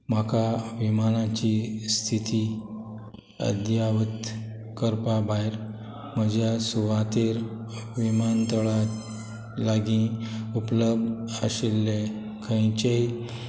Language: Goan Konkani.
म्हाका विमानाची स्थिती अध्यावत करपा भायर म्हज्या सुवातेर विमानतळा लागीं उपलब्ध आशिल्ले खंयचेय